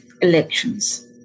elections